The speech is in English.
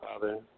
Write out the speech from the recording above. Father